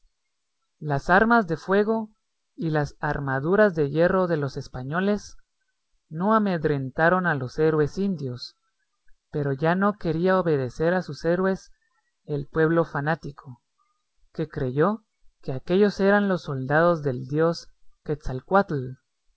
las armas de fuego y las armaduras de hierro de los españoles no amedrentaron a los héroes indios pero ya no quería obedecer a sus héroes el pueblo fanático que creyó que aquéllos eran los soldados del dios quetzalcoatl